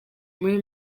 muri